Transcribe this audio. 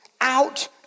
Out